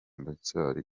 ndacyari